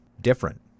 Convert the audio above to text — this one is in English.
different